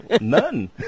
None